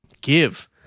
Give